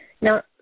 Now